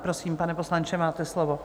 Prosím, pane poslanče, máte slovo.